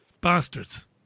Bastards